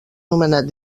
nomenat